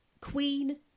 Queen